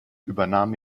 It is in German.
übernahm